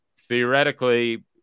theoretically